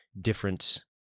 different